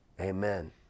amen